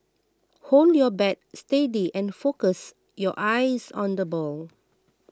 hold your bat steady and focus your eyes on the ball